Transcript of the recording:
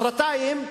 מחרתיים,